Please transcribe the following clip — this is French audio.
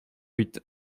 huit